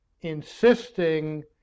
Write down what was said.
insisting